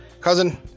cousin